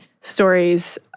stories